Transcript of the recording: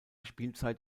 spielzeit